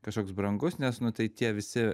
kažkoks brangus nes nu tai tie visi